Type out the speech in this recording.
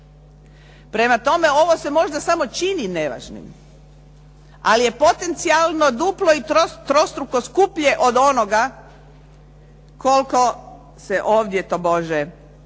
Prema tome, ovo se možda samo čini nevažnim, ali je potencijalno duplo i trostruko skuplje od onoga koliko se ovdje tobože štedi.